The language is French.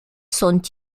sont